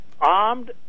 armed